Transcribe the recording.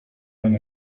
than